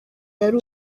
yari